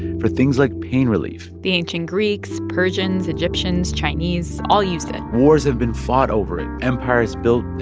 for things like pain relief the ancient greeks, persians, egyptians, chinese all used it wars have been fought over it. empires built,